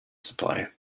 supply